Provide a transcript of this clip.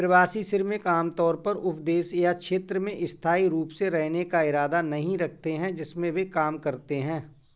प्रवासी श्रमिक आमतौर पर उस देश या क्षेत्र में स्थायी रूप से रहने का इरादा नहीं रखते हैं जिसमें वे काम करते हैं